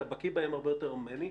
אתה בקיא בהם הרבה יותר ממני,